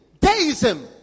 deism